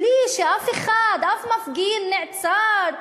בלי שאף אחד, אף מפגין נעצר.